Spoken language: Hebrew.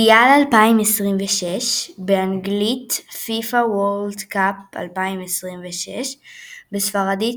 מונדיאל 2026 באנגלית 2026 FIFA World Cup; בספרדית